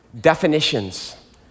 definitions